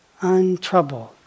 untroubled